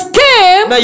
came